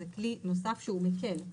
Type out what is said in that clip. זה כלי נוסף שהוא מקל,